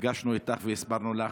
כשנפגשנו איתך והסברנו לך.